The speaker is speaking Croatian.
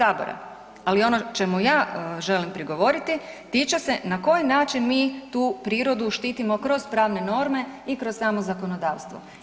Ali ono čemu ja želim prigovoriti tiče se na koji način mi tu prirodu štitimo kroz pravne norme i kroz samo zakonodavstvo?